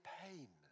pain